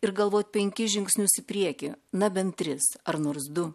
ir galvot penkis žingsnius į priekį na bent tris ar nors du